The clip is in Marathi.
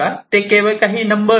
ते केवळ काही नंबर आहेत